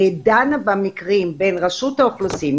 דנה במקרים בין רשות האוכלוסין,